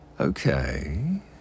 Okay